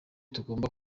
tugomba